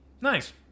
nice